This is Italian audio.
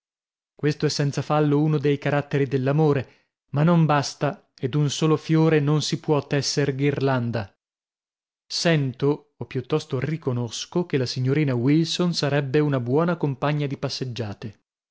questo è senza fallo uno dei caratteri dell'amore ma non basta e d'un solo fiore non si può tesser ghirlanda sento o piuttosto riconosco che la signorina wilson sarebbe una buona compagna di passeggiate